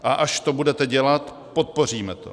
A až to budete dělat, podpoříme to.